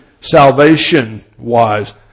salvation-wise